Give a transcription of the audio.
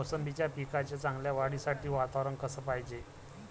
मोसंबीच्या पिकाच्या चांगल्या वाढीसाठी वातावरन कस पायजे?